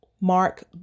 Mark